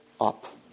up